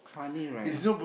funny right